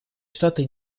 штаты